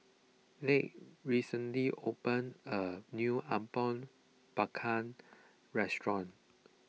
Lige recently opened a new Apom Berkuah restaurant